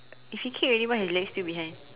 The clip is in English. if he kick already why his leg still behind